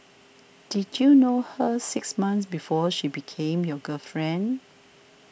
did you know her six months before she became your girlfriend